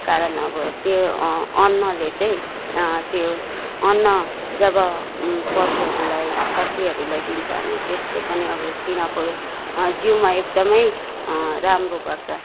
कारण अब त्यो अन्नले चाहिँ त्यो अन्न जब पशुहरूलाई खसीहरूलाई दिन्छ अनि त्यसले पनि अब तिनीहरूको जिउमा एकदमै राम्रो गर्छ